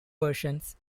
versions